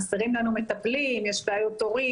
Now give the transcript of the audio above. חסרים לנו מטפלים, יש בעיות תורים.